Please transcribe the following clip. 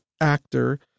actor